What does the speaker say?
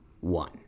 one